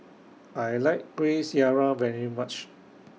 I like Kueh Syara very much